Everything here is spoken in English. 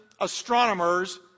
astronomers